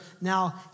now